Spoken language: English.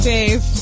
Dave